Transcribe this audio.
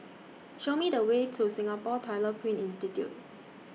Show Me The Way to Singapore Tyler Print Institute